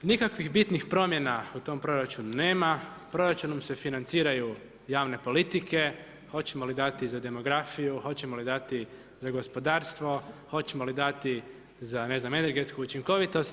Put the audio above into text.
Nikakvih bitnih promjena u tome proračunu nema, proračunom se financiraju javne politike, hoćemo li dati za demografiju, hoćemo li dati za gospodarstvo, hoćemo li dati za, ne znam, energetiku učinkovitost.